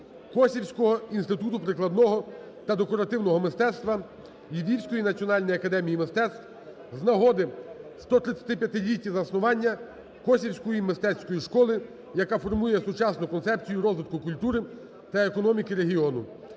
Косівського інституту прикладного та декоративного мистецтва Львівської національної академії мистецтв з нагоди 135-ліття заснування Косівської мистецької школи, яка формує сучасну концепцію розвитку культури та економіки регіону,